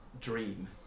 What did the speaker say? dream